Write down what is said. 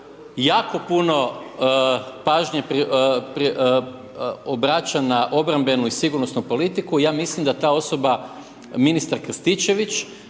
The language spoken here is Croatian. jako puno pažnje obraća na obrambenu i sigurnosnu politiku, ja mislim da ta osoba, ministar Krstičević